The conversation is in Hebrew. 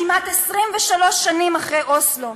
כמעט 23 שנים אחרי אוסלו,